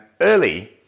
early